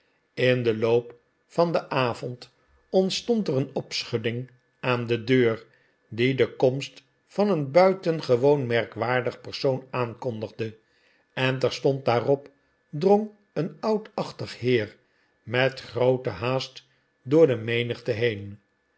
in den loop van den avond ontstond er een opschudding aan de deur die de komst van een buitengewoon merkwaardig persoon aankondigde en terstond daarop drong een oudachtig heer met groote haast door de menigte heen